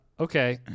Okay